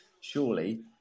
surely